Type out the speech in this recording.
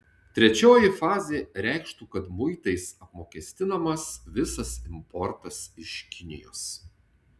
trečioji fazė reikštų kad muitais apmokestinamas visas importas iš kinijos